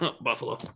Buffalo